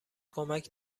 کمک